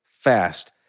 fast